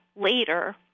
later